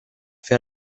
fer